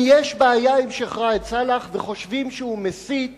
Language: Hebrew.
אם יש בעיה עם שיח' ראאד סלאח וחושבים שהוא מסית